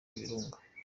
ibirunga